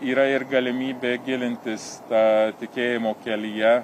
yra ir galimybė gilintis tą tikėjimo kelyje